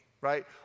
right